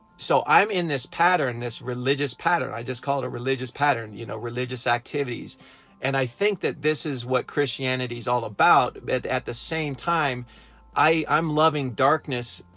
so i'm in this pattern, this religious pattern i just call it a religious pattern, you know religious activities and i think that this is what christianity is all about. but at the same time i am loving darkness.